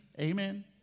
Amen